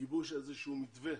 גיבוש איזשהו מתווה